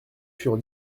furent